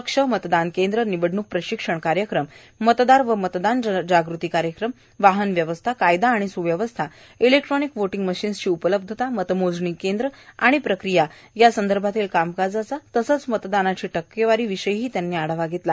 कक्ष मतदान केंद्र निवडणूक प्रशिक्षण कार्यक्रम मतदार व मतदान जागृती कार्यक्रम वाहन व्यवस्था कायदा आणि सुव्यवस्था इलेक्ट्रॉनिक व्होटींग मशीन्सची उपलब्धता मतमोजणी केंद्र व प्रक्रिया यासंदर्भातील कामकाजाचा तसेच मतदानाची टक्केवारी याबाबतही त्यांनी आढावा घेतला